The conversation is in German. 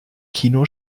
kino